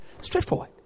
Straightforward